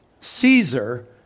Caesar